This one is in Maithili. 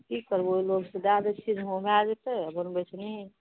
कि करबै ओहि लोभ से दए दै छियै जे हँ भए जेतै आ बनबै छै नहिये